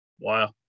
Wow